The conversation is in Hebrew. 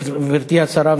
גברתי השרה,